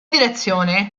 direzione